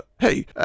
Hey